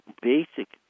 basic